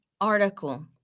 article